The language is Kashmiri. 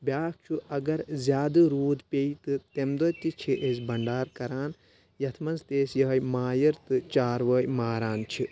بیاکھ چھُ اگر زیادٕ روٗد پیٚیہِ تہٕ تمہِ دۄہ تہِ چھِ أسۍ بنٛڈار کَران یتھ منٛز تہِ أسۍ یِہے مایر تہٕ چاروٲے ماران چھِ